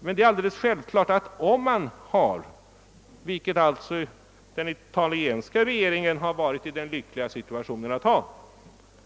Men det är alldeles själv klart att man, om man har — vilket den italienska regeringen har varit i den lyckliga situationen att ha